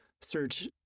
search